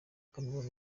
cameroun